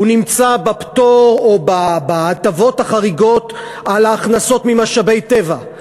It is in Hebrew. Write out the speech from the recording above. הוא נמצא בפטור או בהטבות החריגות על ההכנסות ממשאבי טבע,